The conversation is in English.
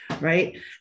right